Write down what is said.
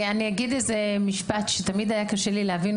אני אגיד איזה משפט שתמיד היה קשה לי להבין